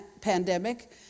pandemic